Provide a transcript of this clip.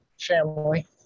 Family